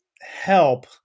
help